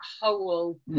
whole